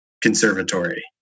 conservatory